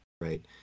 right